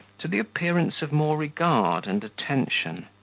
to the appearance of more regard and attention.